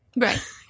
Right